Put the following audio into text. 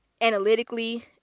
analytically